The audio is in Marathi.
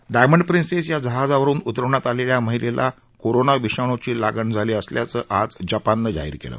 डायमंड प्रिसेंस या जहजावरुन उतरवण्यात आलेल्या महिलेला कोरोना विषाणूची लागण झाली असल्याचं जपाननं आज जाहीर केलं